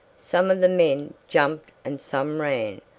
some of the men jumped and some ran,